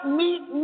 meet